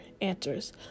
answers